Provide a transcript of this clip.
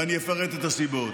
ואני אפרט את הסיבות.